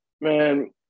Man